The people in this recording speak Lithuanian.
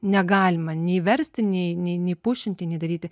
negalima nei versti nei nei nei pušinti nei daryti